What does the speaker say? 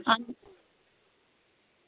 आं